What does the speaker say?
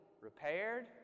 repaired